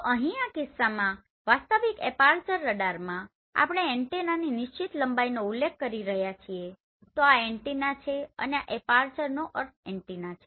તો અહીં આ કિસ્સામાં વાસ્તવિક એપાર્ચર રડારમાં આપણે એન્ટેનાની નિશ્ચિત લંબાઈનો ઉલ્લેખ કરી રહ્યાં છીએ તો આ એન્ટેના છે અને આ એપાર્ચર નો અર્થ એન્ટેના છે